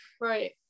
right